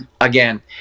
Again